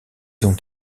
ont